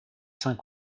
cinq